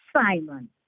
Simon